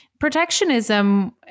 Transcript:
protectionism